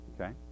okay